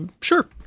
Sure